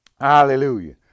hallelujah